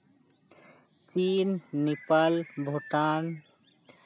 ᱪᱤᱱ ᱱᱮᱯᱟᱞ ᱵᱷᱩᱴᱟᱱ